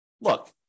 look